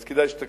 אז כדאי שתקשיב.